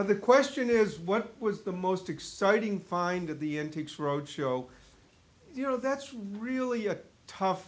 and the question is what was the most exciting find of the road show you know that's really a tough